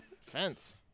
fence